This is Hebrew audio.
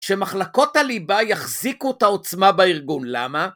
שמחלקות הליבה יחזיקו את העוצמה בארגון. למה?